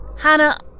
Hannah